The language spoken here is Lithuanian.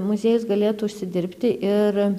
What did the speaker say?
muziejus galėtų užsidirbti ir